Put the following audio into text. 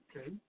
Okay